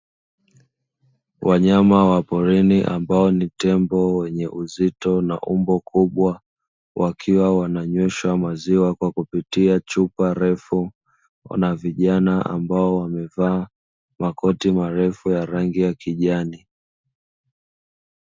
Wanyama wa porini ambao ni tembo wenye uzito na umbo kubwa wakiwa wananyweshwa maziwa kwa kupitia chupa refu, na vijana ambao wamevaa makoti marefu ya rangi ya kijani.